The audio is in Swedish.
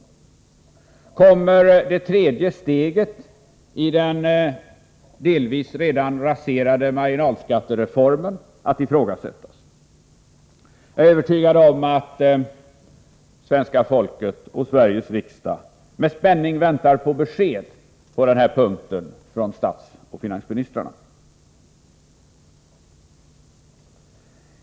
Kommer det tredje steget i den delvis redan raserade marginalskattereformen att ifrågasättas? Jag är övertygad om att svenska folket och Sveriges riksdag med spänning väntar på besked på dessa punkter från statsoch finansministrarna.